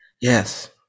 Yes